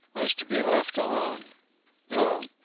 was to be left alone though,